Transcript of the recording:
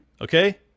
okay